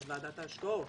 את ועדת ההשקעות.